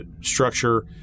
structure